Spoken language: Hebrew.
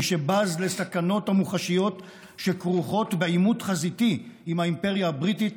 מי שבז לסכנות המוחשיות שכרוכות בעימות חזיתי עם האימפריה הבריטית,